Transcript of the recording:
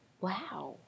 Wow